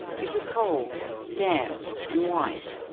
it was cold, damp, and white.